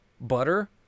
butter